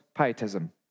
pietism